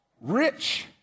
Rich